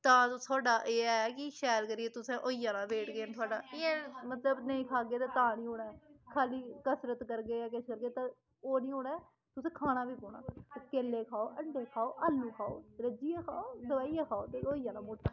तां थुहाड़ा एह् ऐ कि शैल करियै तुसें होई जाना वेट गेन थुहाड़ा इ'यां मतलब नेईं खाह्गे तां नेईं होना ऐ खाल्ली कसरत करगे जां किस करगे तां ओह् नी होना ऐ तुसें खाना बी पौना किश केले खाओ अण्डे खाओ आलूं खाओ रज्जियै खाओ दबाइयै खाओ ते होई जाना मुट्टा